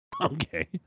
Okay